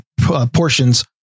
portions